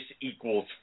equals